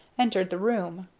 entered the room.